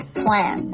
plan